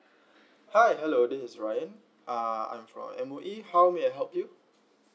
hi hello this is ryan uh I'm from M_O_E how may I help you